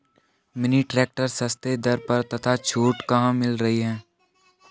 Mini tractor सस्ते दर पर तथा छूट कहाँ मिल रही है?